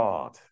God